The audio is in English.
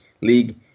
League